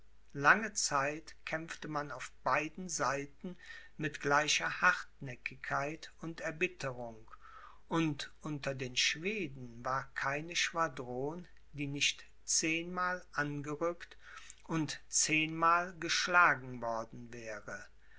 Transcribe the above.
lange zeit kämpfte man auf beiden seiten mit gleicher hartnäckigkeit und erbitterung und unter den schweden war keine schwadron die nicht zehnmal angerückt und zehnmal geschlagen worden wäre